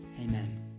amen